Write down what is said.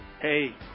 Hey